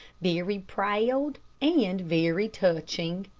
very proud and very touching.